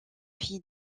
fille